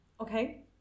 Okay